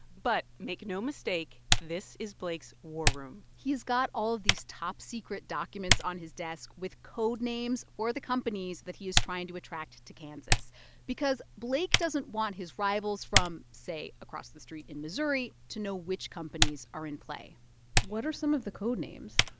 but, make no mistake, this is blake's war room he has got all of these top-secret documents on his desk with code names for the companies that he is trying to attract to kansas because blake doesn't want his rivals from, say, across the street in missouri to know which companies are in play what are some of the code names?